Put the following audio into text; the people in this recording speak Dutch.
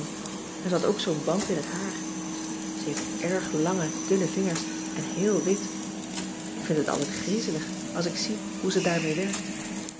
ze had ook zoo'n band in t haar ze heeft erg lange cissy van marxveldt de h b s tijd van joop ter heul dunne vingers en heel wit ik vind het altijd griezelig als ik zie hoe ze daarmee werkt